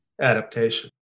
adaptation